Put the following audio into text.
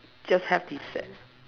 just have the set